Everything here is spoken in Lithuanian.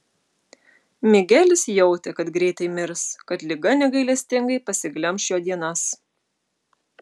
migelis jautė kad greitai mirs kad liga negailestingai pasiglemš jo dienas